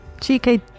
gk